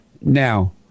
now